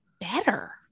better